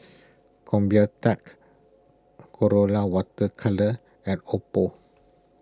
Convatec Colora Water Colours and Oppo